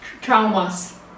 traumas